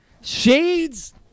Shades